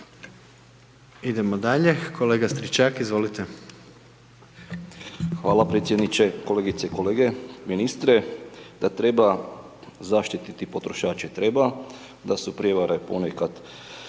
Idemo dalje. Kolega Stričak, izvolite. **Stričak, Anđelko (HDZ)** Hvala predsjedniče, kolegice i kolege, ministre, da treba zaštiti potrošače, treba, da su prijevare ponekad